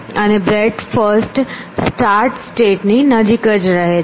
અને breadth first start state ની નજીક જ રહે છે